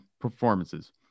performances